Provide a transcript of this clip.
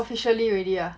officially already ah